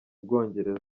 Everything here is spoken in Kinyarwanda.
bwongereza